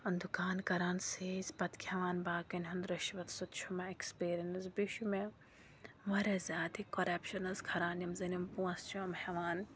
دُکان کَران سیٖز پَتہٕ کھٮ۪وان باقیَن ہُنٛد رِشوت سُہ تہِ چھُ مےٚ اٮ۪کٕسپیٖریَنٕس بیٚیہِ چھُ مےٚ واریاہ زیادٕ یہِ کۄرٮ۪پشَن حظ کھران یِم زَن یِم پونٛسہٕ چھِ یِم ہٮ۪وان